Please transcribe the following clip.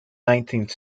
nineteenth